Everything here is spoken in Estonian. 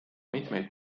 mitmeid